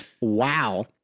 Wow